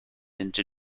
into